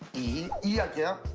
e. e? ah yeah